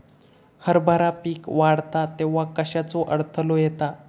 हरभरा पीक वाढता तेव्हा कश्याचो अडथलो येता?